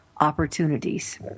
opportunities